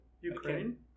Ukraine